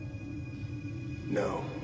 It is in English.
no